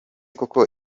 koko